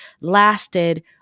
lasted